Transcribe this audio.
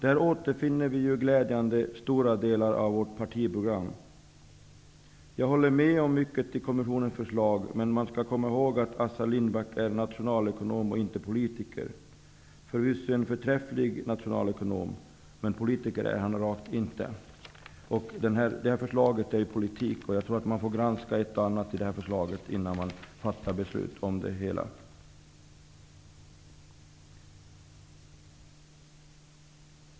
Där återfinns glädjande nog merparten av vårt partiprogram. Jag instämmer i mycket av det som sägs i kommissionens förslag. Men kom ihåg att Assar Lindbeck är nationalekonom, inte politiker. Han är förvisso en förträfflig nationalekonom, men politiker är han rakt inte. Framlagda förslag är ju politik. Jag tror att det finns anledning att granska ett och annat i förslaget innan beslut fattas.